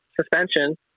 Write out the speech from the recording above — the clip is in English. suspension